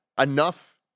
enough